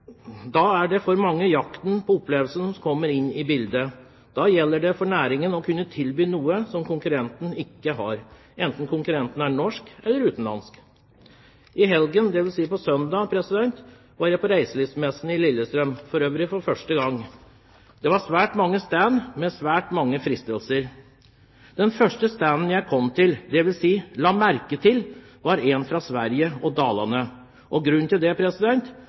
jakten på opplevelsene kommer inn i bildet. Da gjelder det for næringen å kunne tilby noe som konkurrenten ikke har, enten konkurrenten er norsk eller utenlandsk. I helgen, dvs. på søndag, var jeg på reiselivsmessen på Lillestrøm – for øvrig for første gang. Det var svært mange stander, med svært mange fristelser. Den første standen jeg kom til, dvs. la merke til, var en fra Sverige, og Dalarna. Grunnen til det